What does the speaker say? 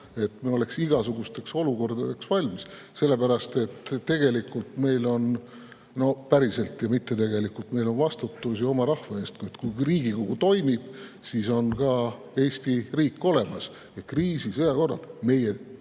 et me oleks igasugusteks olukordadeks valmis. Sellepärast et tegelikult meil on, no päriselt ja mitte tegelikult, vastutus oma rahva ees. Kui Riigikogu toimib, siis on ka Eesti riik olemas. Ja kriisi või sõja korral on meie